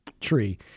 tree